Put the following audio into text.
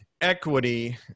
equity